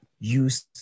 Use